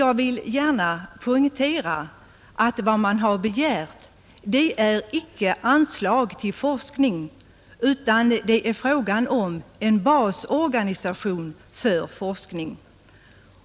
Jag vill gärna poängtera att vad man begärt icke är anslag till forskning utan att det är fråga om en basorganisation för forskning.